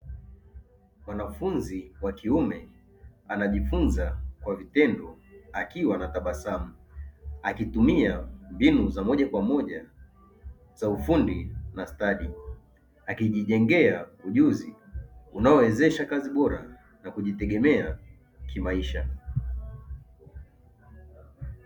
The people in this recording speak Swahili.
Mwanafunzi wa kiume anajifunza kwa vitendo akiwa anatabasamu, akitumia mbinu za moja kwa moja za ufundi na stadi. Akijijengea ujuzi unaowezesha kazi bora na kujitegemea kimaisha.